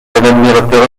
admirateur